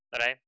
right